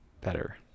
better